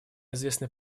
известны